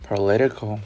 political